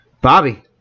Bobby